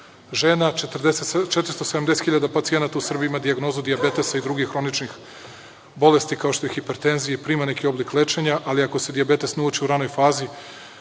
žena, 470.000 u Srbiji ima dijagnozu dijabetesa i drugih hroničnih bolesti, kao što je hipertenzija i prima neki oblik lečenja, ali ako se dijabetes ne uoči u ranoj fazi,